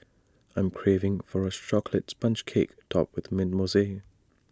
I'm craving for A Chocolate Sponge Cake Topped with Mint Mousse